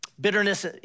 bitterness